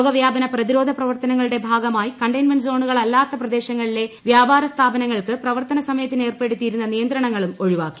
രോഗവ്യാപന പ്രതിരോധ പ്രവർത്തനങ്ങളുടെ ഭാഗ്ഗമിറ്റി കണ്ടെയ്ൻമെന്റ സോണുകളല്ലാത്ത പ്രദേശങ്ങളില്ലൂ വ്യാപാര സ്ഥാപനങ്ങൾക്ക് പ്രവർത്തന സമയത്തിന് ഏർ്ക്പെടുത്തിയിരുന്ന നിയന്ത്രണങ്ങളും ഒഴിവാക്കി